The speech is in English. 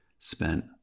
spent